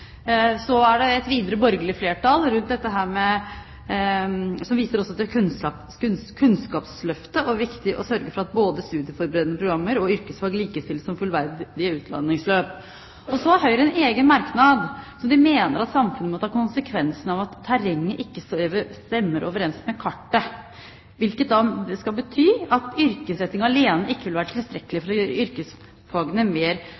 Så har Høyre en egen merknad der de mener at samfunnet må ta konsekvensene av at terrenget ikke stemmer overens med kartet, hvilket skal bety at yrkesretting alene ikke vil være tilstrekkelig for å gjøre yrkesfagene mer